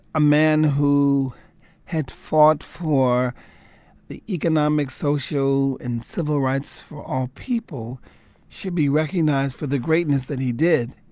a man who had fought for the economic, social and civil rights for all people should be recognized for the greatness that he did